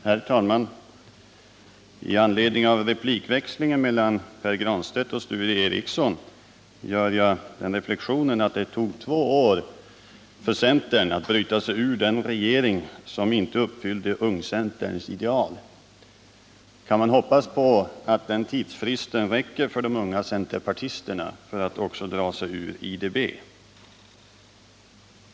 Herr talman! I anledning av replikväxlingen mellan Pär Granstedt och Sture Ericson gör jag reflexionen att det tog två år för centern att bryta sig ur den regering som inte uppfyllde ungcenterns ideal. Kan man hoppas på att den tidsfristen räcker för de unga centerpartisterna för att också dra sig ur IDB?